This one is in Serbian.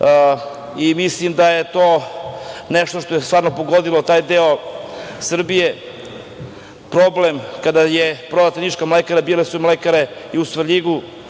i mislim da je to nešto što je stvarno pogodilo taj deo Srbije. Problem kada je prodata Niška mlekara bile su mlekare i u Svrljigu,